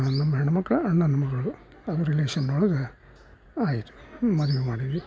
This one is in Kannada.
ನಮ್ಮ ಹೆಣ್ಣು ಮಕ್ಕಳು ಅಣ್ಣನ ಮಗಳು ಅದು ರಿಲೇಷನ್ ಒಳಗೆ ಆಯಿತು ಮದುವೆ ಮಾಡೀವಿ